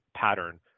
pattern